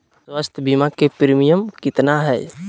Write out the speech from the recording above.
स्वास्थ बीमा के प्रिमियम कितना है?